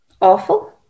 awful